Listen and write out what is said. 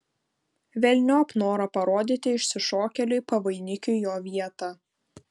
velniop norą parodyti išsišokėliui pavainikiui jo vietą